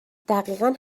دقیقا